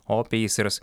o peisers